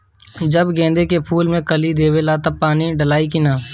जब गेंदे के फुल कली देवेला तब पानी डालाई कि न?